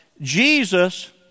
Jesus